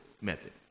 method